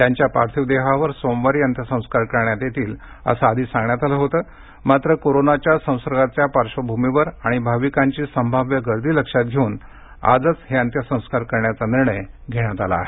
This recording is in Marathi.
त्यांच्या पार्थिव देहावर सोमवारी अंत्यसंस्कार करण्यात येतील असं आधी सांगण्यात आलं होतं मात्र कोरोनाच्या संसर्गाचा पार्श्वभूमीवर आणि भाविकांची संभाव्य गर्दी लक्षात घेऊन आजच अंत्यसंस्कार करण्याचा निर्णय घेण्यात आला आहे